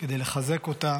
כדי לחזק אותה.